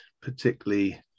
particularly